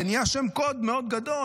זה נהיה שם קוד מאוד גדול,